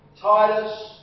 Titus